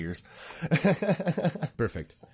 Perfect